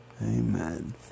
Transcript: Amen